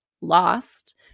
lost